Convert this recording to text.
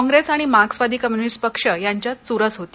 काँग्रेस आणि मार्क्सवादी कम्युनिस्ट पक्ष यांच्यात चुरस होती